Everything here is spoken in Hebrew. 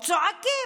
צועקים,